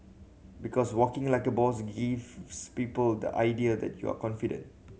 because walking like a boss gives people the idea that you are confident